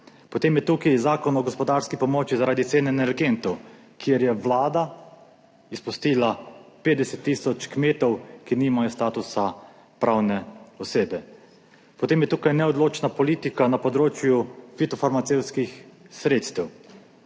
Potem je tukaj zakon o gospodarski pomoči zaradi cene energentov, kjer je Vlada izpustila 50 tisoč kmetov, ki nimajo statusa pravne osebe. Potem je tukaj neodločna politika na področju fitofarmacevtskih sredstev.